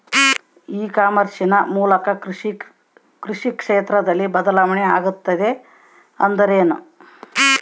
E commerce ನ ಮೂಲಕ ಕೃಷಿ ಕ್ಷೇತ್ರದಲ್ಲಿ ಬದಲಾವಣೆ ಆಗುತ್ತಿದೆ ಎಂದರೆ ಏನು?